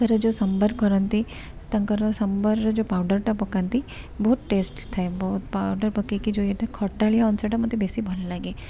ଯେଉଁ ସମ୍ବର କରନ୍ତି ତାଙ୍କର ସମ୍ବରରେ ଯେଉଁ ପାଉଡ଼ର୍ଟା ପକାନ୍ତି ବହୁତ ଟେଷ୍ଟ ଥାଏ ପାଉଡ଼ର୍ ପକାଇକି ଯେଉଁ ଇଏଟା ଖଟାଳିଆ ଅଂଶଟା ମୋତେ ବେଶୀ ଭଲ ଲାଗେ